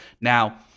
Now